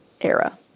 era